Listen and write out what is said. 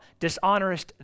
dishonorest